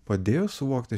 padėjo suvokti